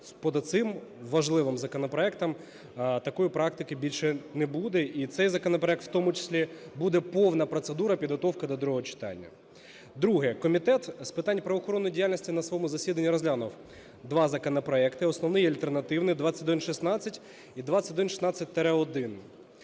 що по цим важливим законопроектам такої практики більше не буде і цей законопроект в тому числі – буде повна процедура підготовки до другого читання. Друге. Комітет з питань правоохоронної діяльності на своєму засіданні розглянув два законопроекти, основний і альтернативний, 2116 і 2116-1.